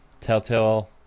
Telltale